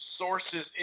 sources